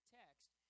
text